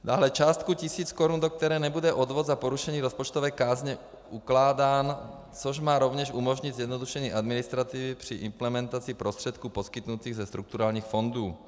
Dále částku tisíc korun, do které nebude odvod za porušení rozpočtové kázně ukládán, což má rovněž umožnit zjednodušení administrativy při implementaci prostředků poskytnutých ze strukturálních fondů.